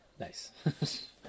Nice